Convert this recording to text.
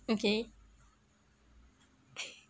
okay